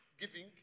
giving